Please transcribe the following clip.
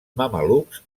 mamelucs